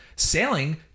Sailing